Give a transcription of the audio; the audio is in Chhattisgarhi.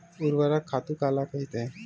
ऊर्वरक खातु काला कहिथे?